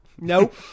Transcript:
Nope